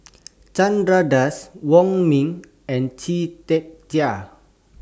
Chandra Das Wong Ming and Chia Tee Chiak